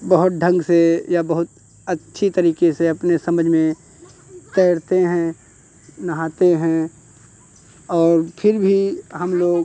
बहुत ढंग से या बहुत अच्छी तरीके से अपने समझ में तैरते हैं नहाते हैं और फिर भी हम लोग